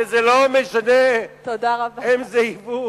וזה לא משנה אם זה יבוא